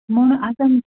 म्हूण आतां